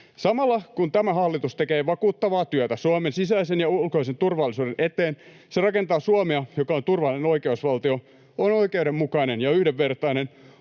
Samalla kun tämä hallitus tekee vakuuttavaa työtä Suomen sisäisen ja ulkoisen turvallisuuden eteen, se rakentaa Suomea, joka on turvallinen oikeusvaltio, on oikeudenmukainen ja yhdenvertainen,